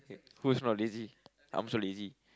who's not lazy I'm also lazy